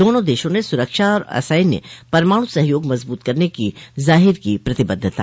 दोनों देशों ने सुरक्षा और असैन्य परमाणु सहयोग मजबूत करने की जाहिर की प्रतिबद्धता